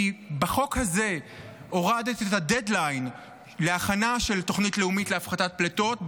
כי בחוק הזה הורדת את הדדליין להכנה של תוכנית לאומית להפחתת פליטות.